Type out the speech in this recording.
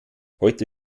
heute